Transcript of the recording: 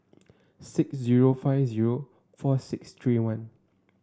six zero five zero four six three one